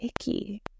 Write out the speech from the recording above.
icky